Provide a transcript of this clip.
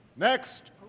Next